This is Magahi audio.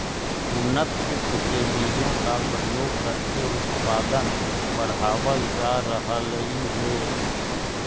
उन्नत किस्म के बीजों का प्रयोग करके उत्पादन बढ़ावल जा रहलइ हे